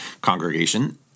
congregation